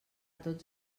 tots